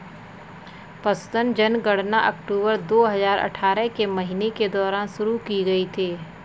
पशुधन जनगणना अक्टूबर दो हजार अठारह के महीने के दौरान शुरू की गई थी